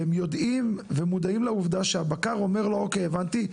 והם יודעים ומודעים לעובדה שהבקר אומר לו אוקיי הבנתי,